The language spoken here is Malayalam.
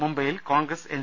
മുംബൈയിൽ കോൺഗ്രസ് എൻ